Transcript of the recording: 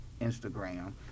Instagram